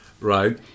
Right